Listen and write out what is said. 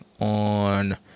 on